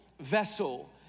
vessel